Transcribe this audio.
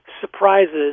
surprises